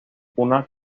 una